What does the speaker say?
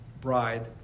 bride